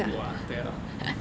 !wah! 对咯